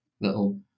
little